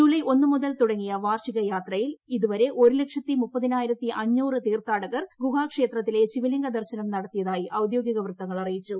ജൂലായ് ഒന്നു മുതൽ തുടങ്ങിയ വാർഷികയാത്രയിൽ ഇതുവരെ ഒരു ലക്ഷത്തി മുപ്പതിനായിരത്തി അഞ്ഞൂറ് യാത്രക്കാർ ഗുഹാ ക്ഷേത്രത്തിലെ ശിവലിംഗ ദർശനം നടത്തിയതായി ഔദ്യോഗിക വൃത്തങ്ങൾ അറിയിച്ചു